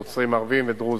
נוצרים-ערבים ודרוזים.